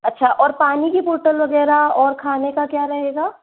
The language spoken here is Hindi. अच्छा और पानी की बोतल वगैरा और खाने का क्या रहेगा